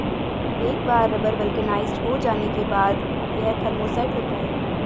एक बार rubber vulcanised हो जाने के बाद, यह थर्मोसेट होता है